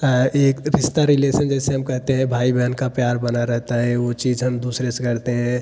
एक रिश्ता रिलेसन जैसे हम कहते हैं भाई बहन का प्यार बना रहता है वो चीज़ हम दूसरे से करते हैं